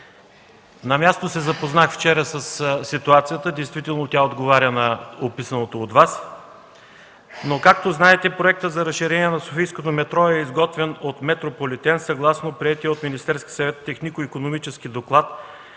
на място се запознах вчера със ситуацията. Действително тя отговаря на описаното от Вас. Както знаете проектът за разширение на софийското метро е изготвен от „Метрополитен”, съгласно приетия от Министерския съвет технико-икономически доклад